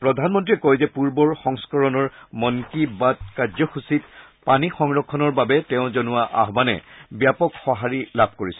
প্ৰধানমন্ত্ৰীয়ে কয় যে পূৰ্বৰ সংস্কৰণৰ মন কী বাত কাৰ্যসূচীত পানী সংৰক্ষণৰ বাবে তেওঁ জনোৱা আহানে ব্যাপক সূহাৰি লাভ কৰিছে